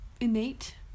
innate